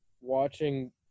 watching